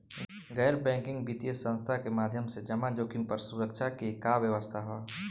गैर बैंकिंग वित्तीय संस्था के माध्यम से जमा जोखिम पर सुरक्षा के का व्यवस्था ह?